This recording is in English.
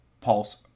pulse